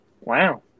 Wow